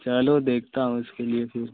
चलो देखता हूँ इसके लिए फ़िर